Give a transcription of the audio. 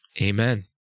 Amen